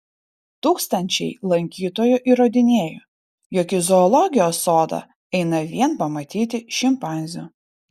tūkstančiai lankytojų įrodinėjo jog į zoologijos sodą eina vien pamatyti šimpanzių